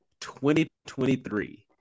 2023